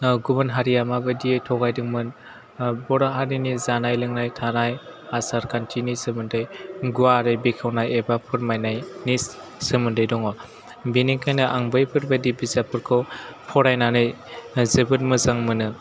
गुबन हारिया माबायदि थगायदोंमोन बर' हारिनि जानाय लोंनाय थानाय आसार खान्थिनि सोमोन्दै गुवारै बेखेवनाय एबा फोरमायनायनि सोमोन्दै दङ बेनिखायनो आं बैफोरबायदि बिजाबफोरखौ फरायनानै जोबोद मोजां मोनो